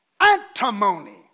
Antimony